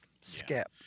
skip